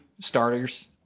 starters